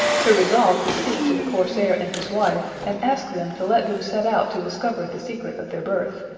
who resolved to speak to the corsair and his wife, and ask them to let them set out to discover the secret of their birth.